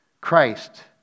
Christ